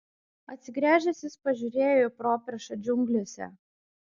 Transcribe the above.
atsigręžęs jis pažiūrėjo į properšą džiunglėse